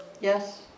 Yes